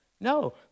No